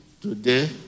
today